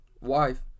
wife